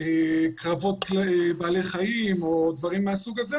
קרבות בעלי חיים או דברים מהסוג הזה,